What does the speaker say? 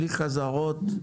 בלי חזרות,